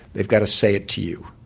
they've got to say it to you.